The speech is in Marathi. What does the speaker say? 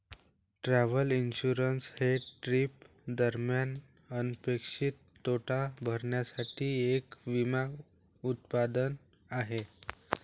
ट्रॅव्हल इन्शुरन्स हे ट्रिप दरम्यान अनपेक्षित तोटा भरण्यासाठी एक विमा उत्पादन आहे